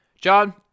John